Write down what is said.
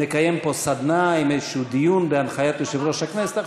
נקיים פה סדנה עם איזשהו דיון בהנחיית יושב-ראש הכנסת?